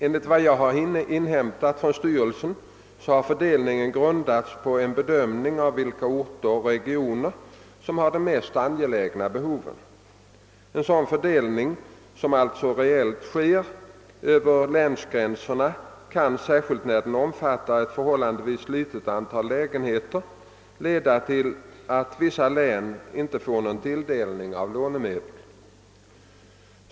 Enligt vad jag har inhämtat från styrelsen har fördelningen grundats på en bedömning av vilka orter och regioner som har de mest angelägna behoven. En sådan fördelning som alltså reellt sker över läns-- gränserna kan, särskilt när den omfattar ett förhållandevis litet antal lägenheter, leda till att vissa län inte får något tillskott av lånemedel.